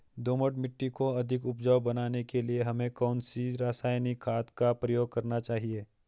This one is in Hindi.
दोमट मिट्टी को अधिक उपजाऊ बनाने के लिए हमें कौन सी रासायनिक खाद का प्रयोग करना चाहिए?